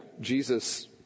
Jesus